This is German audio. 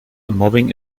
mobbing